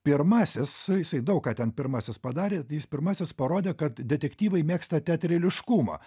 pirmasis jisai daug ką ten pirmasis padarė jis pirmasis parodė kad detektyvai mėgsta teatrališkumą